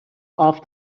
off